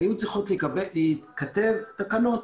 היו צריכות להיכתב תקנות.